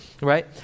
right